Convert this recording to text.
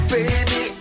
Baby